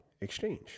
exchange